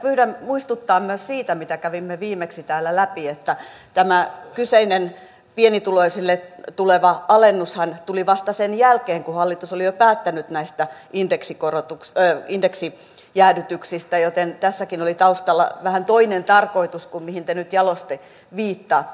pyydän muistuttaa myös siitä mitä kävimme viimeksi täällä läpi että tämä kyseinen pienituloisille tuleva alennushan tuli vasta sen jälkeen kun hallitus oli jo päättänyt näistä indeksijäädytyksistä joten tässäkin oli taustalla vähän toinen tarkoitus kuin mihin te nyt jalosti viittaatte